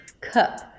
Cup